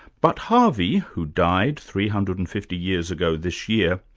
but harvey, who died three hundred and fifty years ago this year,